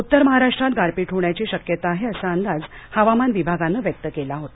उत्तर महाराष्ट्रात गारपीट होण्याची शक्यता आहे असा अंदाज हवामान विभागानं व्यक्त केला होता